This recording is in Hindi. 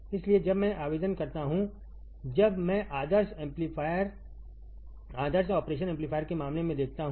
इसलिए जब मैं आवेदन करता हूंजब मैं आदर्श ऑपरेशन एम्पलीफायर के मामले में देखता हूं